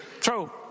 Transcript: True